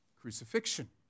crucifixion